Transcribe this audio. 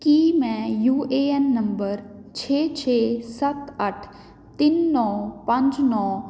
ਕੀ ਮੈਂ U A N number ਛੇ ਛੇ ਸੱਤ ਅੱਠ ਤਿੰਨ ਨੌ ਪੰਜ ਨੌ